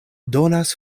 donas